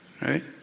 right